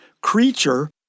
creature